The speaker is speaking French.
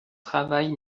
travail